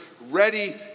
ready